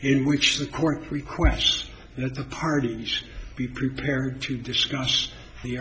in which the court requests that the parties be prepared to discuss the